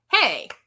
hey-